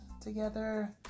together